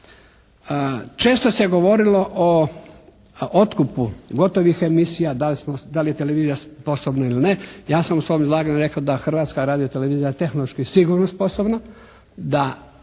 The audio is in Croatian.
Često se govorilo o otkupu gotovih emisija, da li smo, da li je televizija sposobna ili ne? Ja sam u svoj izlaganju rekao da Hrvatska radiotelevizija tehnološki sigurno sposobna,